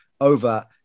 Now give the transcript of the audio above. over